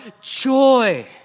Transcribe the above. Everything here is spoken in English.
joy